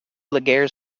laguerre